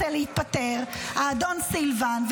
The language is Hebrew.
האדון סלבין,